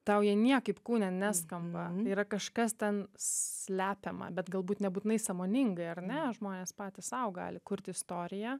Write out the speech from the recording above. tau jie niekaip kūne neskamba yra kažkas ten slepiama bet galbūt nebūtinai sąmoningai ar ne žmonės patys sau gali kurti istoriją